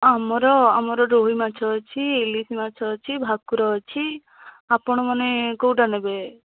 ଆମର ଆମର ରୋହି ମାଛ ଅଛି ଇଲିଶି ମାଛ ଅଛି ଭାକୁର ଅଛି ଆପଣମାନେ କେଉଁଟା ନେବେ